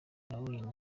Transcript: nabonanye